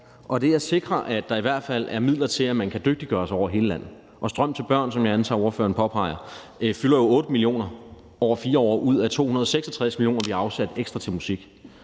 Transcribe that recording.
Og det at sikre, at der i hvert fald er midler, til at man kan dygtiggøre sig over hele landet, og strøm til børn, som jeg antager at ordføreren peger på, fylder jo 8 mio. kr. over 4 år ud af de 266 mio. kr., vi har afsat ekstra til musik.